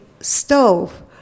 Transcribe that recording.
stove